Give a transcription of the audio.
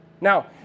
Now